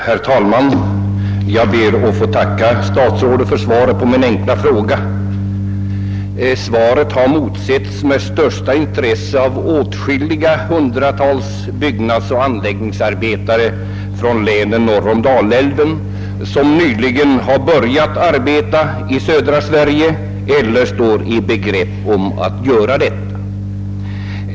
Herr talman! Jag ber att få tacka statsrådet för svaret på min enkla fråga. Svaret har emotsetts med största intresse av åtskilliga hundratal byggnadsoch anläggningsarbetare från länen norr om Dalälven, som nyligen börjat arbeta i södra Sverige eller står i begrepp att göra det.